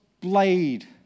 blade